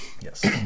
Yes